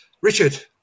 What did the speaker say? Richard